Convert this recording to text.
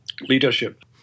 leadership